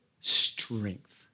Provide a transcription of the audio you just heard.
strength